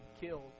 killed